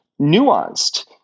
nuanced